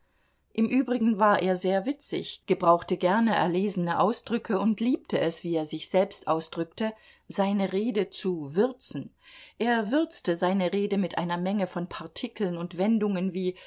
im übrigen war er sehr witzig gebrauchte gerne erlesene ausdrücke und liebte es wie er sich selbst ausdrückte seine rede zu würzen er würzte seine rede mit einer menge von partikeln und wendungen wie